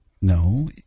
No